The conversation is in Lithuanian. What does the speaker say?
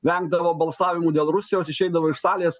vengdavo balsavimų dėl rusijos išeidavo iš salės